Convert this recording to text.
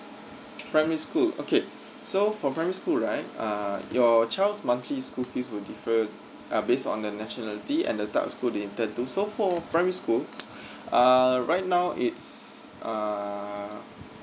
primary school okay so for primary school right uh your child's monthly school fees will different uh based on their nationality and the type of school they intend to so for primary schools err right now it's uh